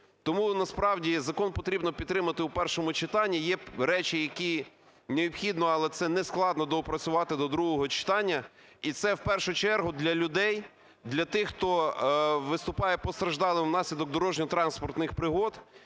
Тому насправді закон потрібно підтримати у першому читанні. Є речі, які необхідно, але це не складно, доопрацювати до другого читання. І це в першу чергу для людей, для тих, хто виступає постраждалим внаслідок дорожньо-транспортних пригод.